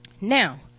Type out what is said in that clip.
Now